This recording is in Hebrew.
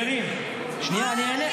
חברים, שנייה אני אענה.